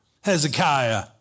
Hezekiah